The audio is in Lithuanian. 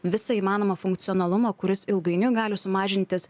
visą įmanomą funkcionalumą kuris ilgainiui gali sumažinti